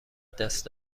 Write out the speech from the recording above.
دست